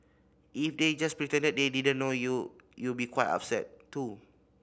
if they just pretended they didn't know you you be quite upset too